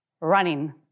running